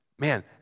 Man